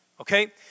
Okay